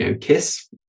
kiss